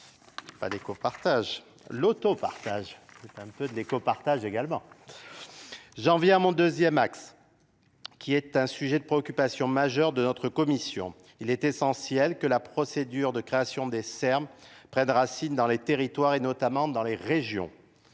Pas d', copartageants, c'est un peu de l'écope également. J'en viens à mon 2ᵉ axe, qui est un sujet de préoccupation majeur de notre Commission. Il est essentiel que la procédure de création des S serbes prennent de racines dans les territoires et notamment dans les régions.